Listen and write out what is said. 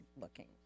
looking